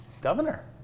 governor